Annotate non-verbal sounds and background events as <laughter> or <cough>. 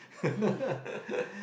<laughs>